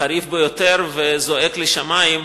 חריף ביותר וזועק לשמים.